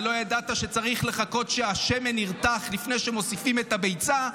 לא ידעת שצריך לחכות שהשמן ירתח לפני שמוסיפים את הביצה,